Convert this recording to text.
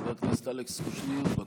חבר הכנסת אלכס קושניר, בבקשה.